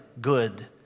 good